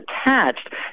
attached